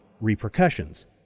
repercussions